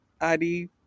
Adi